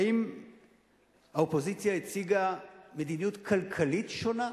האם האופוזיציה הציגה מדיניות כלכלית שונה?